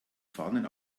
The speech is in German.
fahnen